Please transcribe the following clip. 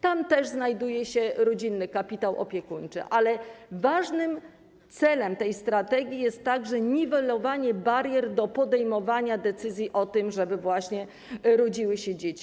Tam też znajduje się rodzinny kapitał opiekuńczy, ale ważnym celem tej strategii jest także niwelowanie barier utrudniających podejmowanie decyzji o tym, żeby właśnie rodziły się dzieci.